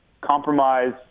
compromise